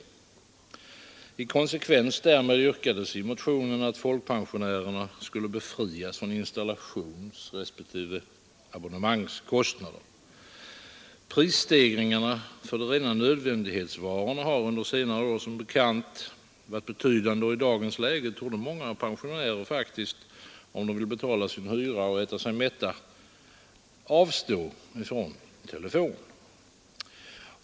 I konsekvens härmed yrkas i motionen att folkpensionärerna skulle befrias från installationsrespektive abonnemangsavgiften. Prisstegringarna för de rena nödvändighetsvarorna har under senare år som bekant varit betydande, och i dagens läge torde många pensionärer, om de vill betala sin hyra och äta sig mätta, tvingas avstå från telefon.